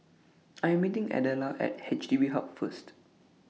I'm meeting Adela At H D B Hub First